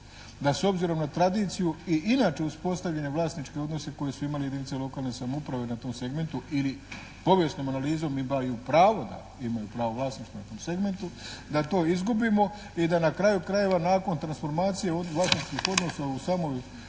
da s obzirom na tradiciju i inače uspostavljene vlasničke odnose koje su imale jedinice lokalne samouprave na tom segmentu ili povijesnom analizom imaju pravo da, imaju pravo vlasništva na tom segmentu da to izgubimo i da na kraju krajeva nakon transformacija od svakakvih odnosa u samoj